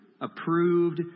approved